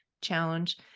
challenge